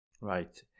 Right